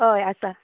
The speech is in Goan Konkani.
हय आसा